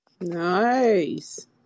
Nice